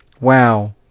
Wow